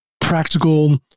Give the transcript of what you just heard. practical